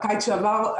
הקיץ שעבר,